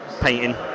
painting